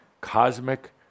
cosmic